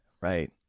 Right